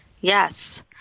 Yes